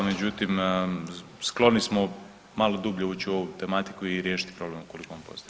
Međutim, skloni smo malo dublje ući u ovu tematiku i riješiti problem ukoliko on postoji.